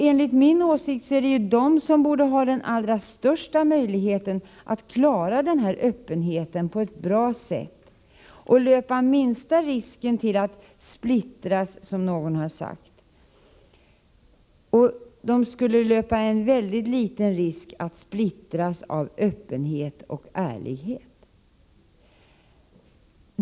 Enligt min åsikt är det de som borde ha den allra största möjligheten att klara öppenheten på ett bra sätt och löpa minsta risken att splittras, som någon har sagt. De skulle löpa mycket liten risk att splittras av öppenhet och ärlighet.